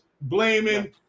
blaming